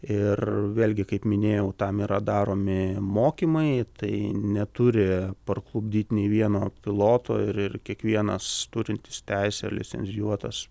ir vėlgi kaip minėjau tam yra daromi mokymai tai neturi parklupdyt nei vieno piloto ir ir kiekvienas turintis teisę licenzijuotas